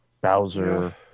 Bowser